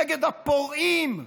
נגד הפורעים,